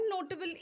notable